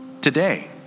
today